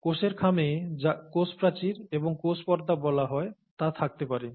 কোষের খামে যা কোষ প্রাচীর এবং কোষ পর্দা বলা হয় তা থাকতে পারে